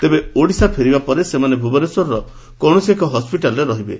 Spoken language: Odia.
ତେବେ ଓଡ଼ିଶା ଫେରିବା ପରେ ସେମାନେ ଭୁବନେଶ୍ୱରର କୌଶସି ଏକ ହସ୍ୱିଟାଲରେ ରହିବେ